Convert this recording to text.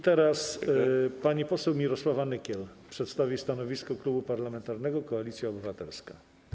Teraz pani poseł Mirosława Nykiel przedstawi stanowisko Klubu Parlamentarnego Koalicja Obywatelska.